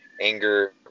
anger